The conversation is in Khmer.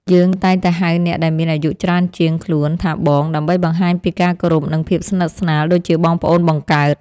យើងតែងតែហៅអ្នកដែលមានអាយុច្រើនជាងខ្លួនថាបង ដើម្បីបង្ហាញពីការគោរពនិងភាពស្និទ្ធស្នាលដូចជាបងប្អូនបង្កើត។